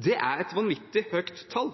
Det er et vanvittig høyt tall.